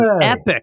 epic